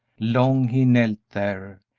long he knelt there,